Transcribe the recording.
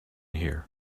here